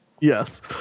Yes